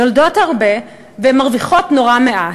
יולדות הרבה ומרוויחות נורא מעט.